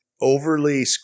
overly